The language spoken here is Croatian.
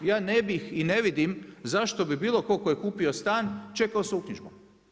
Ja ne bih i ne vidim zašto bi bilo tko tko je kupio stan čekao sa uknjižbom.